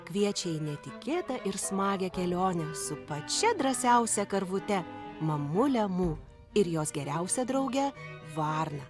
kviečia į netikėtą ir smagią kelionę su pačia drąsiausia karvute mamule mū ir jos geriausia drauge varna